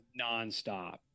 nonstop